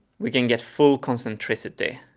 we can get full concentricity.